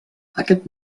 aquest